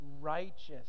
righteous